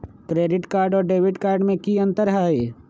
Credit card और debit card में की अंतर हई?